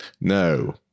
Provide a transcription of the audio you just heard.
No